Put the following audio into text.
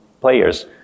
players